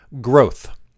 growth